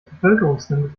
bevölkerungslimit